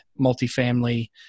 multifamily